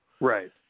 Right